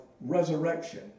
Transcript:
resurrection